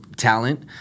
Talent